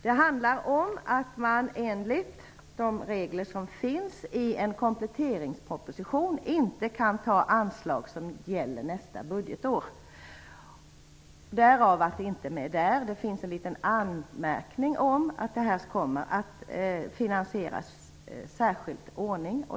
Det handlar om att man enligt de regler som finns inte kan ta upp anslag som gäller nästa budgetår i en kompletteringsproposition. Därför är saken inte med. Men det finns en liten anmärkning om att detta kommer att finansieras i särskild ordning.